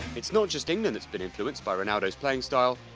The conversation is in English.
it's not just england that's been influenced by ronaldo's playing style.